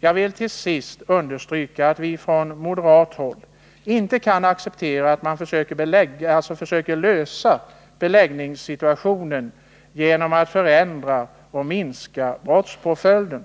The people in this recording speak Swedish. Jag vill till sist understryka att vi från moderat håll inte kan acceptera att man försöker lösa beläggningssituationen genom att förändra och minska brottspåföljden.